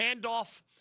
handoff